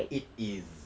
it is